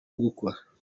gukwa